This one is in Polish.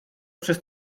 przez